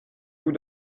vous